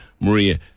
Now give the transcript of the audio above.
Maria